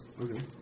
Okay